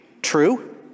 True